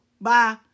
Bye